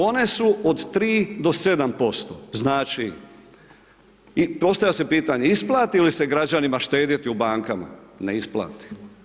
One su od 3 do 7%, znači i postavlja se pitanje isplati li se građanima štedjeti u bankama, ne isplati.